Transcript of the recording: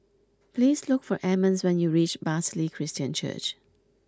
please look for Emmons when you reach Bartley Christian Church